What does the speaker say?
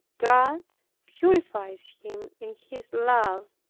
god purifies him in his love,